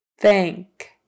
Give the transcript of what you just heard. thank